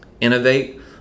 innovate